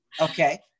Okay